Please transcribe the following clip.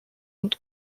und